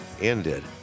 ended